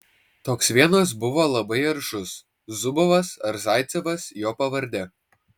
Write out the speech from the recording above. toks vienas buvo labai aršus zubovas ar zaicevas jo pavardė